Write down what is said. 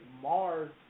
mars